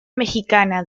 mexicana